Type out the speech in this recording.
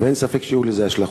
ואין ספק שיהיו לזה השלכות.